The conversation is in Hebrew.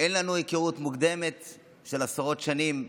אין לנו היכרות מוקדמת של עשרות שנים.